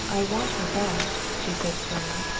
i want her back, she said slowly.